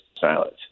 silence